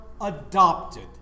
adopted